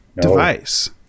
device